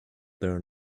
there